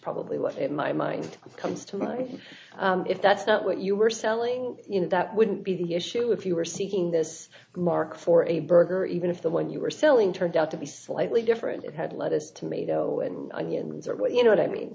probably what in my mind comes to mind if that's not what you were selling you know that wouldn't be the issue if you were seeking this market for a burger even if the one you were selling turned out to be slightly different it had lettuce tomato and onions are what you know what i mean